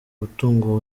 mutungo